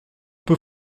peu